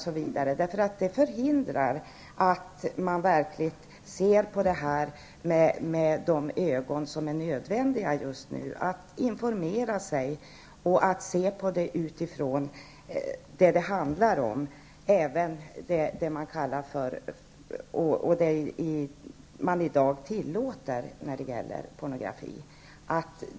Det förhindrar att man använder ögonen till att se på detta på ett just nu nödvändigt sätt. Det förhindrar att man informerar sig och även utifrån ser på det som i dag tillåts när det gäller pornografi.